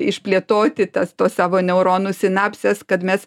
išplėtoti tas tuos savo neuronų sinapses kad mes